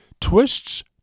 twists